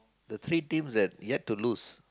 the three teams that yet to lose